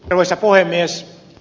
arvoisa puhemies